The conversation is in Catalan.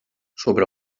sobre